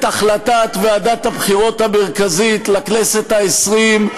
את החלטת ועדת הבחירות המרכזית לכנסת העשרים,